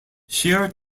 sheer